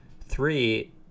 Three